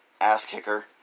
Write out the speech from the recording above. ass-kicker